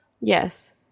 Yes